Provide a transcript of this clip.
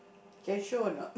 can you show or not